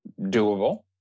doable